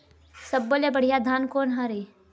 सब्बो ले बढ़िया धान कोन हर हे?